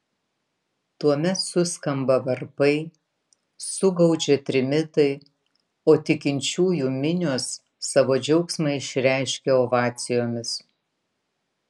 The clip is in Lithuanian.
tuomet suskamba varpai sugaudžia trimitai o tikinčiųjų minios savo džiaugsmą išreiškia ovacijomis